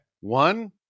One